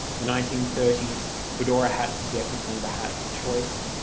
the nineteen thirty s, fedora hats definitely the hat of choice,